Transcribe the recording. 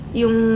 yung